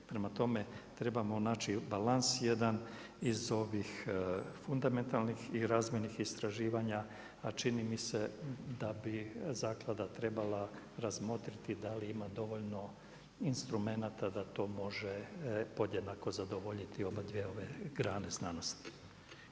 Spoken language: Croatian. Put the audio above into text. Prema tome, trebamo naći balans jedan iz ovih fundamentalnih i razvojnih istraživanja a čini mi se da bi Zaklada trebala razmotriti da li ima dovoljno instrumenata da to može podjednako zadovoljiti obadvije ove grane znanosti.